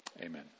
Amen